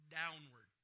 downward